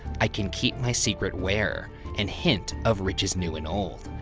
i can keep my secrets where and hint of riches new and old.